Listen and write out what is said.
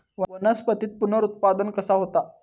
वनस्पतीत पुनरुत्पादन कसा होता?